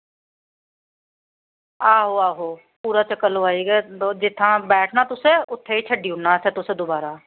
आहो आहो पूरा चक्कर लोआई ओड़गे ओह् जित्थां बैठना तुसें उत्थें छड्डी ओड़ना दोबारा